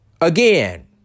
again